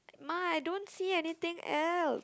my I don't see anything else